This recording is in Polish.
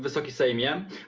Wysoki Sejmie!